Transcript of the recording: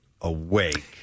awake